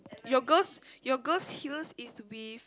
your girls your girls heels is with